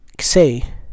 say